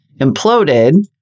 imploded